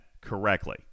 correctly